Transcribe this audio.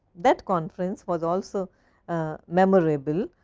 that conference was also memorable,